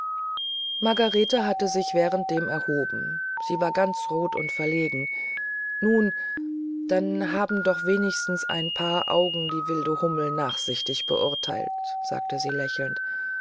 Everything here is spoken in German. margarete hatte sich währenddem erhoben sie war ganz rot und verlegen nun dann haben doch wenigstens ein paar augen die wilde hummel nachsichtig beurteilt sagte sie lächelnd